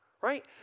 Right